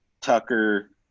Tucker